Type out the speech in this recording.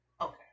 Okay